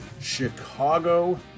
Chicago